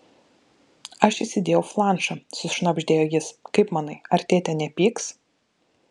aš įsidėjau flanšą sušnabždėjo jis kaip manai ar tėtė nepyks